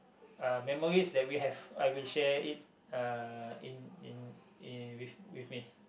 uh memories that we have I will share it uh in in in with with me